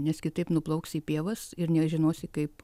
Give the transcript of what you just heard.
nes kitaip nuplauksi į pievas ir nežinosi kaip